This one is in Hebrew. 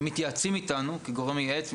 הם מתייעצים איתנו כגורם מייעץ,